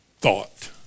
thought